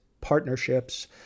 partnerships